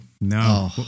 no